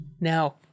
Now